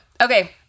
okay